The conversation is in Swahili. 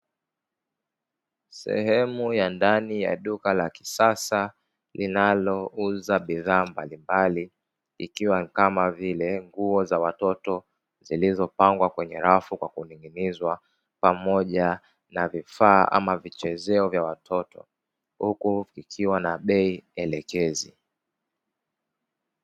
Sehemu ya ndani ya duka la kisasa linalouza bidhaa mbalimbali ikiwa kama vile nguo za watoto zilizopangwa kwenye rafu kwa kuning’inizwa, pamoja na vifaa ama vichezeo vya watoto. Huku vikiwa na bei elekezi.